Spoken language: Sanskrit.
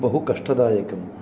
बहु कष्टदायकं